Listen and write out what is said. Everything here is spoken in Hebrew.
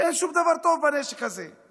אין שום דבר טוב בנשק הזה.